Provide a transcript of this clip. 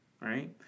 right